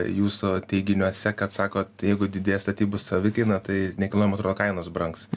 jūsų teiginiuose kad sakot jeigu didės statybų savikaina tai nekilnojamo turto kainos brangs